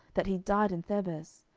that he died in thebez?